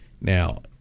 Now